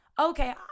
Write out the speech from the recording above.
okay